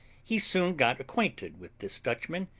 he soon got acquainted with this dutchman,